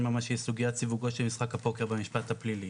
ממשי לסוגיית סיווגו של משחק הפוקר במשפט הפלילי...